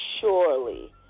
surely